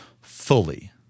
fully